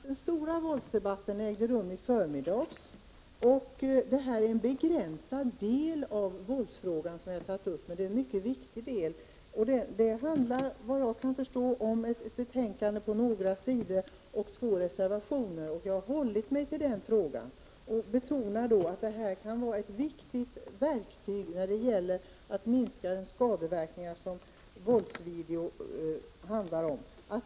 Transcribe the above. Herr talman! Jag vill betona att den stora särskilt anordnade våldsdebatten ägde rum i förmiddags. Nu har jag endast tagit upp den begränsade del av våldsfrågan som vi nu behandlar. Det är en mycket viktig del som behandlas i ett betänkande på några sidor med två reservationer. Det här kan vara ett viktigt verktyg när det gäller att minska de skadeverkningar som våldsvideogrammen för med sig.